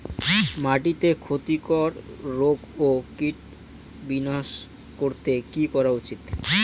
মাটিতে ক্ষতি কর রোগ ও কীট বিনাশ করতে কি করা উচিৎ?